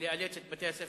או לאלץ את בתי-הספר